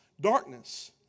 darkness